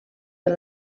del